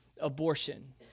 abortion